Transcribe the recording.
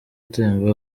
atemba